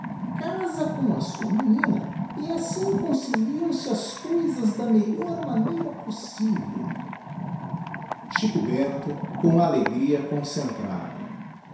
casa com a sua menina e assim conciliam se as coisas da melhor maneira possível xico bento com alegria concentrada